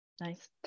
nice